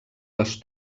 les